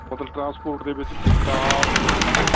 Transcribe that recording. ਮਤਲਬ ਟਰਾਂਸਪੋਰਟ ਦੇ ਵਿੱਚ ਕਾਫ ਕੀ ਕੀ